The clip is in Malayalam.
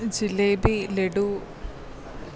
ജിലേബി ലഡു